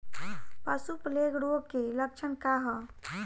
पशु प्लेग रोग के लक्षण का ह?